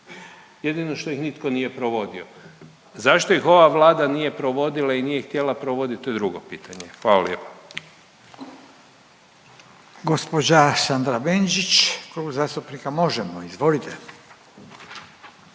jedino što ih nitko nije provodio. Zašto ih ova Vlada nije provodila i nije htjela provodit, to je drugo pitanje, hvala lijepa. **Radin, Furio (Nezavisni)** Gđa. Sandra Benčić, Klub zastupnika Možemo!, izvolite.